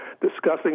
discussing